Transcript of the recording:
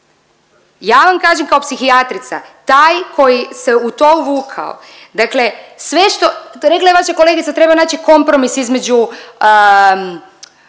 Ja vam kažem kao psihijatrica taj koji se u to uvukao, dakle sve što, to je rekla i vaša kolegica, treba naći kompromis između